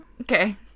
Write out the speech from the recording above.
okay